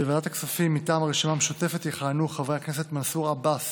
בוועדת הכספים מטעם הרשימה המשותפת יכהנו חברי הכנסת מנסור עבאס